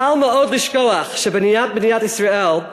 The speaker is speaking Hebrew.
קל מאוד לשכוח שבניית מדינת ישראל,